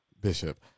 Bishop